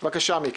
בבקשה, מיקי.